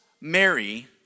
Mary